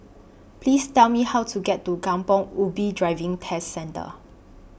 Please Tell Me How to get to Kampong Ubi Driving Test Centre